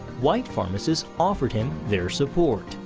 white pharmacists offered him their support.